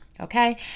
okay